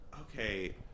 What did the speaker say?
Okay